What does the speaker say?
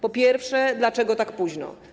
Po pierwsze, dlaczego tak późno?